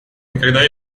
никогда